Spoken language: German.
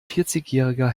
vierzigjähriger